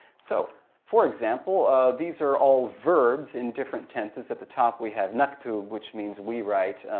so for example, ah these are all verbs in different tenses. at the top, we have naktub, which means we write.